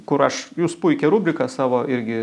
kur aš jūs puikią rubriką savo irgi